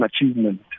achievement